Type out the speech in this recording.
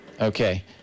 okay